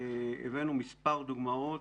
הבאנו מספר דוגמאות